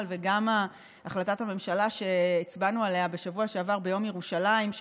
וגם החלטת הממשלה שהצבענו עליה בשבוע שעבר ביום ירושלים,